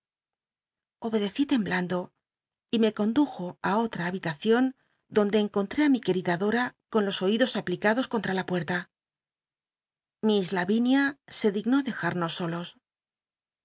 obedecí temblando y me condujo á otta habilacion donde cncontté ü mi c ucrida dora con los oidos aplicados contt'a la puerta miss l n inia se dignó dejarnos solos